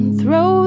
throw